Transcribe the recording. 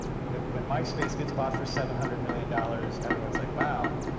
when when myspace gets bought for seven hundred million dollars, everyone's like, wow,